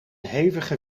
hevige